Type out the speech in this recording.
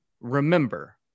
Remember